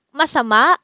masama